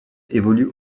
évolue